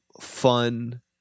fun